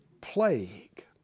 Plague